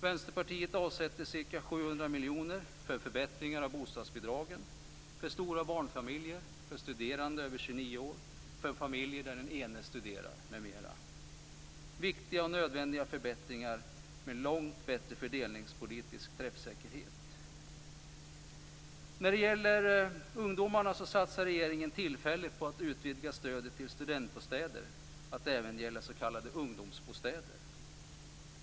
Vänsterpartiet avsätter ca 700 miljoner för förbättringar av bostadsbidragen för stora barnfamiljer, för studerande över 29 år, för familjer där den ene föräldern studerar m.m. Det är viktiga och nödvändiga förbättringar med långt bättre fördelningspolitisk träffsäkerhet. När det gäller ungdomarna satsar regeringen tillfälligt på att utvidga stödet till studentbostäder att även gälla s.k. ungdomsbostäder.